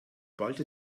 ballte